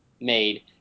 made